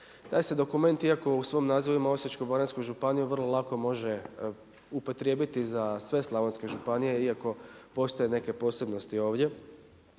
Taj se dokument iako u svom nazivu ima Osječko-baranjsku županiju vrlo lako može upotrijebiti za sve slavonske županije iako postoje neke posebnosti ovdje.